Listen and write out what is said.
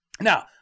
Now